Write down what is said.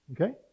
Okay